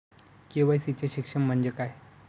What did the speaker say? KYC चे शिक्षण म्हणजे काय?